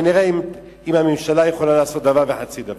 ונראה אם הממשלה יכולה לעשות דבר וחצי דבר.